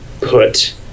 put